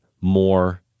more